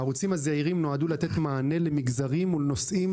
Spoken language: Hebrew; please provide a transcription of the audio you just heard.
הערוצים הזעירים נועדו לתת מענה למגזרים ולנושאים